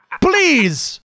Please